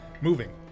moving